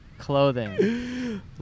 clothing